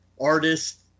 artist